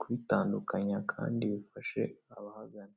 kubitandukanya kandi bifashe abahagana.